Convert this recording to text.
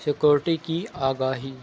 security کی آگاہی